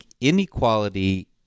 inequality